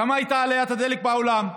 כמה הייתה עליית הדלק בעולם?